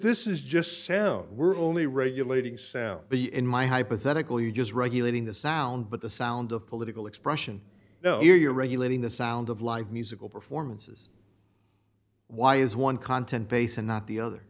this is just sound we're only regulating sound the in my hypothetical you just regulating the sound but the sound of political expression no you're regulating the sound of like musical performances why is one content base and not the other